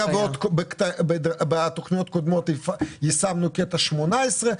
בתכניות הקודמות יישמנו את קטע 18,